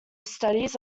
studies